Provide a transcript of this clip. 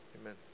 Amen